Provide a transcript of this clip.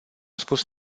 spus